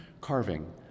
carving